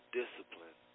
discipline